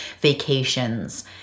vacations